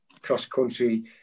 cross-country